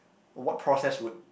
what process would